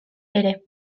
ere